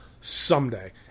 someday